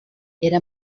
era